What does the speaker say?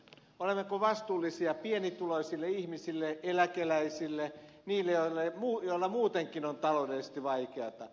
olemmeko vastuullisia pienituloisille ihmisille eläkeläisille niille joilla muutenkin on taloudellisesti vaikeata